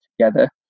together